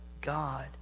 God